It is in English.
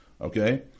Okay